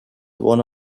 one